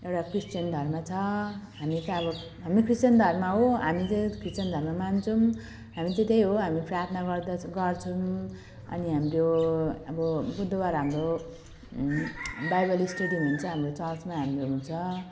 एउटा क्रिस्चियन धर्म छ हामीले त अब हामी क्रिस्चियन धर्म हो हामी चाहिँ क्रिस्चियन धर्म मान्छौँ हामी चाहिँ त्यही हो हामी प्रार्थना गर्द गर्छौँ अनि हाम्रो अब बुधवार हाम्रो बाइबल स्टडी हुन्छ हाम्रो चर्चमै हाम्रो हुन्छ